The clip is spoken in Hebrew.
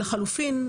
ולחלופין,